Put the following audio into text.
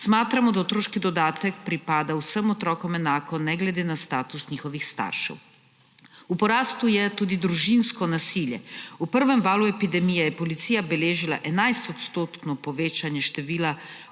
Smatramo, da otroški dodatek pripada vsem otrokom enako ne glede na status njihovih staršev. V porastu je tudi družinsko nasilje. V prvem valu epidemije je policija beležila 11-odstotno povečanje števila